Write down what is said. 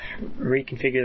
reconfigure